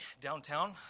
downtown